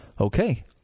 okay